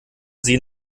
sie